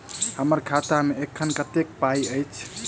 हम्मर खाता मे एखन कतेक पाई अछि?